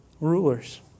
Rulers